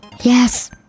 Yes